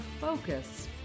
focus